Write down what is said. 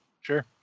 Sure